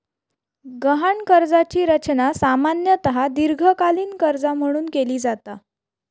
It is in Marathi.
गहाण कर्जाची रचना सामान्यतः दीर्घकालीन कर्जा म्हणून केली जाता